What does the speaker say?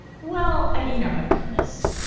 well, i, you know, i've done this.